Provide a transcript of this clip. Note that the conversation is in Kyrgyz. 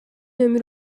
өмүр